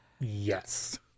Yes